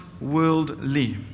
worldly